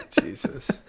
Jesus